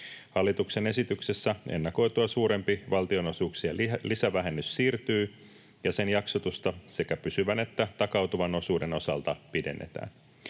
Hallituksen esityksessä ennakoitua suurempi valtionosuuksien lisävähennys siirtyy, ja sen jaksotusta sekä pysyvän että takautuvan osuuden osalta pidennetään.